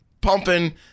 pumping